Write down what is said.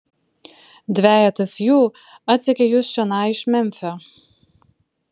dvejetas jų atsekė jus čionai iš memfio